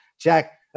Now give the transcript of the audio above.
Jack